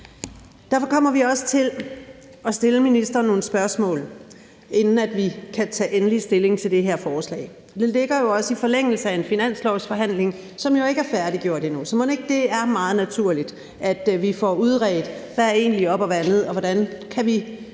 Derfor kommer vi også til at stille ministeren nogle spørgsmål, inden vi kan tage endelig stilling til det her forslag. Det ligger også i forlængelse af en finanslovsforhandling, som jo ikke er færdiggjort endnu. Så mon ikke det er meget naturligt, at vi får udredt, hvad der egentlig er op, og hvad der er ned, og hvordan vi i fællesskab